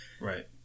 Right